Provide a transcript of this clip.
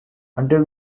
until